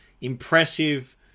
impressive